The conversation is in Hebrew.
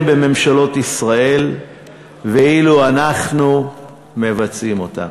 בממשלות ישראל ואילו אנחנו מבצעים אותם.